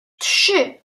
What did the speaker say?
trzy